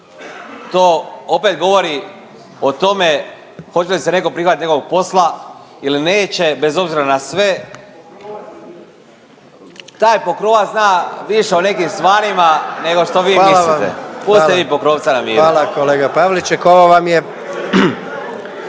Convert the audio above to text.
To opet govori o tome hoće li se netko prihvatiti nekog posla ili neće bez obzira na sve. Taj Pokrovac zna više o nekim stvarima nego što vi mislite. Pustite vi Pokrovca na